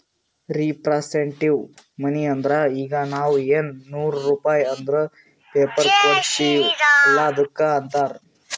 representative money ಅಂದುರ್ ಈಗ ನಾವ್ ಎನ್ ನೂರ್ ರುಪೇ ಅಂದುರ್ ಪೇಪರ್ ಕೊಡ್ತಿವ್ ಅಲ್ಲ ಅದ್ದುಕ್ ಅಂತಾರ್